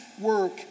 work